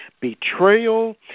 betrayal